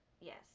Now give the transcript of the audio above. yes